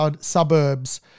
suburbs